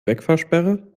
wegfahrsperre